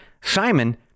Simon